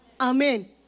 Amen